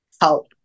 help